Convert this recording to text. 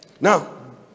Now